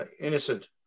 Innocent